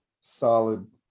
Solid